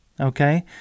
okay